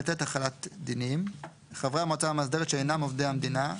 החלת דינים 8ט. חברי המועצה המאסדרת שאינם עובדי המדינה,